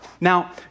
Now